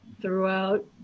throughout